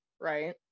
right